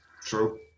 True